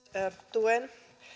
tuen